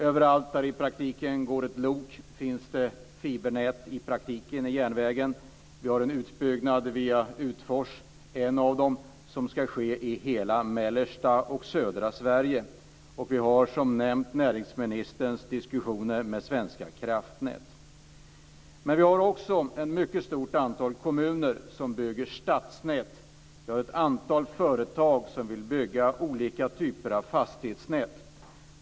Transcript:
Överallt där det går ett lok finns det i praktiken fibernät i järnvägen. Utfors, ett av företagen, ska göra en utbyggnad i hela mellersta och södra Sverige. Vi har också, som nämnts, näringsministerns diskussioner med Svenska kraftnät. Vi har vidare ett mycket stort antal kommuner som bygger statsnät och ett antal företag som vill bygga ut olika typer av fastighetsnät.